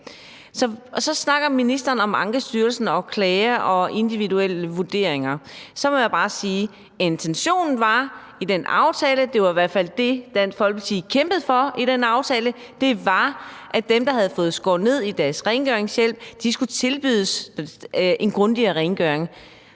Så snakker ministeren om Ankestyrelsen og klage og individuelle vurderinger. Jeg må bare sige, at intentionen i den aftale – det var i hvert fald det, Dansk Folkeparti kæmpede for i den aftale – var, at dem, der havde fået skåret ned i deres rengøringshjælp, skulle tilbydes en grundigere rengøring.